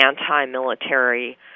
anti-military